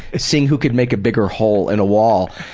see who could make a bigger hole in a wall,